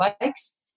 bikes